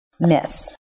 miss